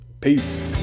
peace